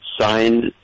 signed